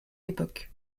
époque